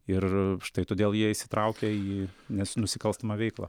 ir štai todėl jie įsitraukia į nes nusikalstamą veiklą